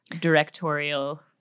directorial